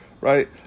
right